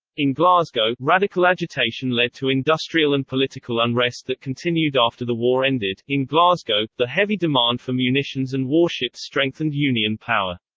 in glasgow, radical agitation led to industrial and political unrest that continued after the war ended in glasgow, the heavy demand for munitions and warships strengthened union power.